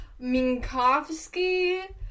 Minkowski